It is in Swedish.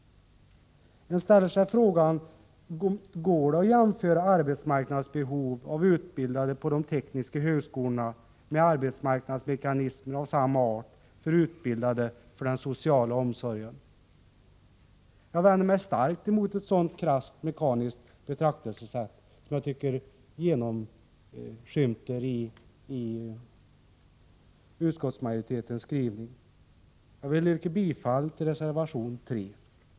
Man ställer sig frågan om det går att jämföra arbetsmarknadsbehov av utbildade på de tekniska högskolorna med arbetsmarknadsmekanismer av samma art för utbildade till den sociala omsorgen. Jag vänder mig starkt emot ett sådant krasst mekaniskt betraktelsesätt, som jag tycker genomskymtar i utskottsmajoritetens skrivning. Jag vill yrka bifall till reservation 3.